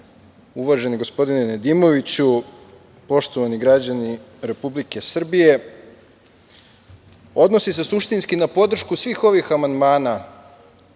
uvaženi gospodine Nedimoviću, poštovani građani Republike Srbije, odnosi se suštinski na podršku svih ovih amandmana